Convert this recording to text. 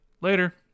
Later